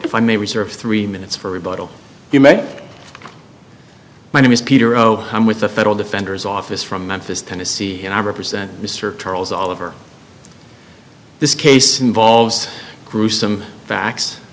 if i may reserve three minutes for rebuttal you may my name is peter oh i'm with the federal defender's office from memphis tennessee and i represent mr charles all over this case involves gruesome facts